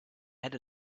had